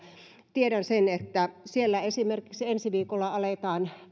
tiedän että siellä esimerkiksi ensi viikolla aletaan